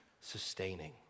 sustaining